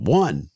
one